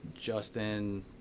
Justin